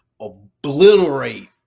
obliterate